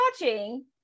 watching